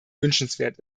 wünschenswert